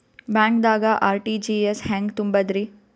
ಬ್ಯಾಂಕ್ದಾಗ ಆರ್.ಟಿ.ಜಿ.ಎಸ್ ಹೆಂಗ್ ತುಂಬಧ್ರಿ?